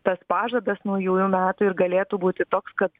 tas pažadas naujųjų metų ir galėtų būti toks kad